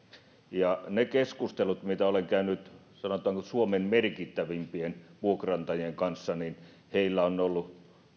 niiden keskustelujen perusteella mitä olen käynyt sanotaanko suomen merkittävimpien vuokranantajien kanssa heillä on ollut